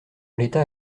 l’état